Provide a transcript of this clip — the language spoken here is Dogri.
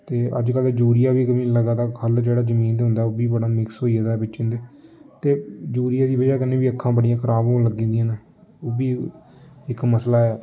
ते अजकल्ल यूरिया बी इक मी लग्गा दा ख'ल्ल जेह्ड़ा जमीन दे होंदा ऐ ओह् बी बड़ा मिक्स होई गेदा ऐ बिच्च इं'दे ते यूरिये दी ब'जा कन्नै बी अक्खां बड़ियां खराब होन लगी दियां न ओह् बी इक मसला ऐ